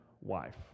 wife